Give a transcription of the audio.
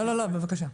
בבקשה.